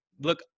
look